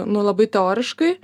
nu labai teoriškai